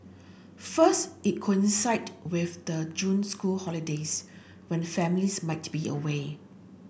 first it coincided with the June school holidays when families might be away